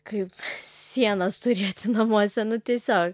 kaip sienas turėt namuose nu tiesiog